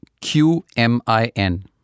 Q-M-I-N